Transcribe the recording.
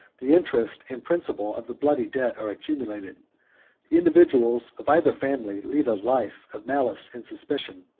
the interest and principal of the bloody debt are accumulated the individuals of either family lead a life of malice and suspicion,